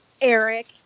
eric